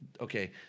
Okay